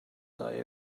die